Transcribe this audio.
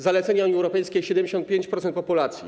Zalecenia Unii Europejskiej: 75% populacji.